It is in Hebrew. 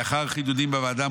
לאחר חידודים בוועדה,